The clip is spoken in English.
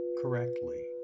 correctly